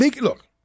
Look